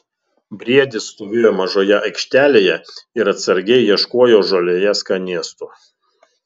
briedis stovėjo mažoje aikštelėje ir atsargiai ieškojo žolėje skanėstų